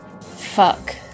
Fuck